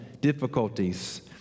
difficulties